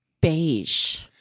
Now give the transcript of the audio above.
beige